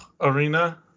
Arena